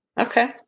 Okay